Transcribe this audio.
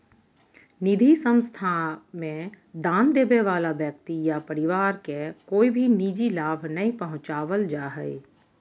निधि संस्था मे दान देबे वला व्यक्ति या परिवार के कोय भी निजी लाभ नय पहुँचावल जा हय